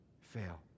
fail